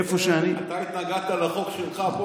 איפה שאני --- אתה התנגדת לחוק שלך פה,